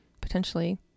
potentially